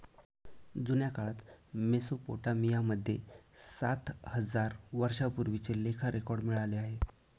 जुन्या काळात मेसोपोटामिया मध्ये सात हजार वर्षांपूर्वीचे लेखा रेकॉर्ड मिळाले आहे